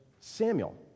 Samuel